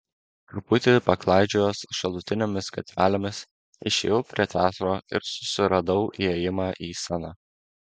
truputį paklaidžiojęs šalutinėmis gatvelėmis išėjau prie teatro ir susiradau įėjimą į sceną